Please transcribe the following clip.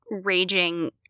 raging